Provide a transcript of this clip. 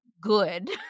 good